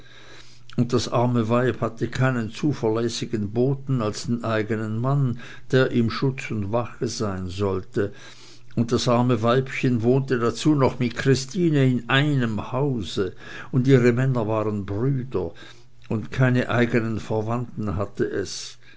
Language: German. und das arme weib hatte keinen zuverlässigen boten als den eigenen mann der ihm schutz und wache sein sollte und das arme weibchen wohnte dazu noch mit christine in einem hause und ihre männer waren brüder und keine eigenen verwandte hatte es